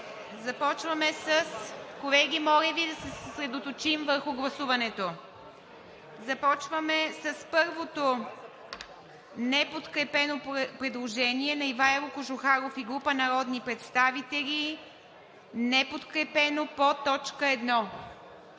гласуване. Колеги, моля Ви да се съсредоточим върху гласуването. Започваме с първото неподкрепено предложение на Ивайло Кожухаров и група народни представители по т. 1.